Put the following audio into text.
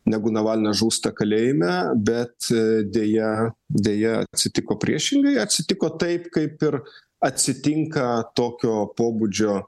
negu navalnas žūsta kalėjime bet deja deja atsitiko priešingai atsitiko taip kaip ir atsitinka tokio pobūdžio